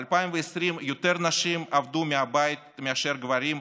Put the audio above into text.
ב-2020 יותר נשים עבדו מהבית מאשר גברים,